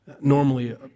Normally